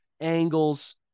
angles